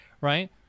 right